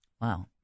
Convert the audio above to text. Wow